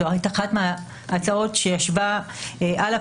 זו הייתה אחת מההצעות שישבה על הפרק,